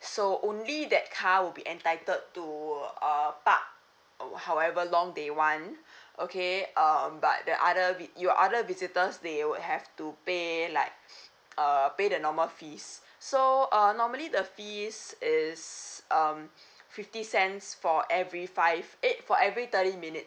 so only that car will be entitled to uh park however long they want okay um but the other vi~ your other visitors they will have to pay like uh pay the normal fees uh so uh normally the fees is um fifty cents for every five eh for every thirty minutes